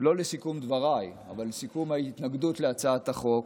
לא לסיכום דבריי, אבל לסיכום ההתנגדות להצעת החוק,